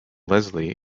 leslie